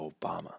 Obama